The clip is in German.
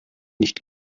nicht